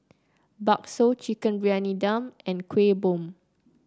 bakso Chicken Briyani Dum and Kuih Bom